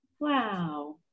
Wow